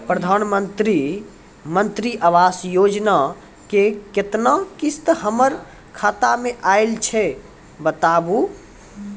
प्रधानमंत्री मंत्री आवास योजना के केतना किस्त हमर खाता मे आयल छै बताबू?